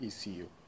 ECU